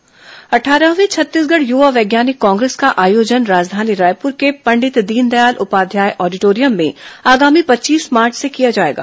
युवा वैज्ञानिक congress अट्ठारहवीं छत्तीसगढ़ युवा वैज्ञानिक कांग्रेस का आयोजन राजधानी रायपुर के पंडित दीनदयाल उपाध्याय आडिटोरियम में आगामी पच्चीस मार्च से किया जाएगा